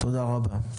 תודה רבה.